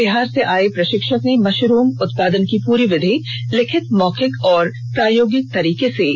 बिहार से आये प्रशिक्षक ने मशरूम उत्पादन की पूरी विधि लिखित मौखिक और प्रायोगिक तरीके से सिखाया